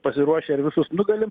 pasiruošę ir visus nugalim